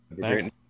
thanks